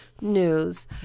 news